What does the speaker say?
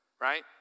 right